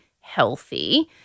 healthy